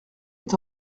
est